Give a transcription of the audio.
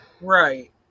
Right